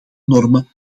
normen